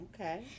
Okay